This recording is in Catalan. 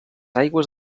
aigües